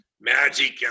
magic